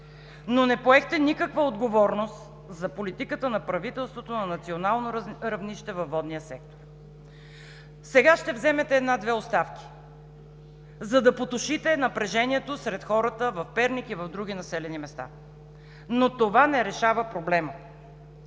но не поехте никаква отговорност за политиката на правителството на национално равнище във водния сектор. Сега ще вземете една-две оставки, за да потушите напрежението сред хората в Перник и в други населени места, но това не решава проблема.